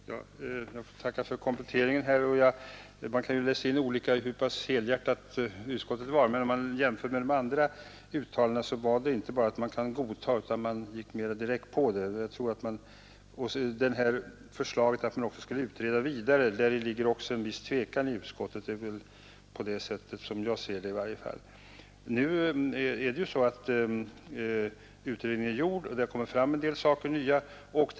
Herr talman! Jag tackar för kompletteringen. Man kan naturligtvis läsa på olika sätt hur pass helhjärtat utskottet var, men i de andra uttalandena var det inte bara fråga om att man kunde godta, utan där gick man mera direkt på. I förslaget att man skulle utreda vidare ligger också en viss tvekan i utskottet, i varje fall som jag ser det. Nu är utredningen gjord och det har kommit fram en del nya saker.